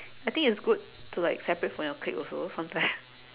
I think it's good to like separate from your clique also sometime